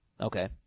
Okay